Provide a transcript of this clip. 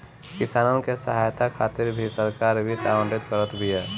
किसानन के सहायता खातिर भी सरकार वित्त आवंटित करत बिया